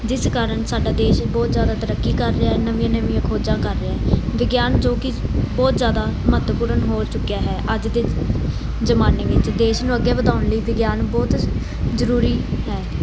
ਜਿਸ ਕਾਰਨ ਸਾਡਾ ਦੇਸ਼ ਬਹੁਤ ਜ਼ਿਆਦਾ ਤਰੱਕੀ ਕਰ ਰਿਹਾ ਨਵੀਆਂ ਨਵੀਆਂ ਖੋਜਾਂ ਕਰ ਰਿਹਾ ਵਿਗਿਆਨ ਜੋ ਕਿ ਬਹੁਤ ਜ਼ਿਆਦਾ ਮਹੱਤਵਪੂਰਨ ਹੋ ਚੁੱਕਿਆ ਹੈ ਅੱਜ ਦੇ ਜ਼ਮਾਨੇ ਵਿੱਚ ਦੇਸ਼ ਨੂੰ ਅੱਗੇ ਵਧਾਉਣ ਲਈ ਵਿਗਿਆਨ ਬਹੁਤ ਜ਼ਰੂਰੀ ਹੈ